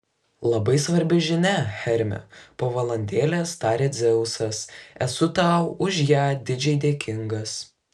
labai svarbi žinia hermi po valandėlės tarė dzeusas esu tau už ją didžiai dėkingas